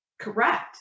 Correct